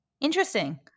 Interesting